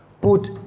put